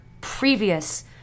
previous